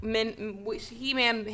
He-Man